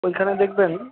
ওইখানে দেখবেন